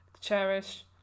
cherish